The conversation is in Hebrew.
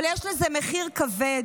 אבל יש לזה מחיר כבד,